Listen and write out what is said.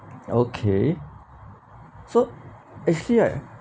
okay so actually right